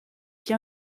qui